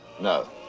No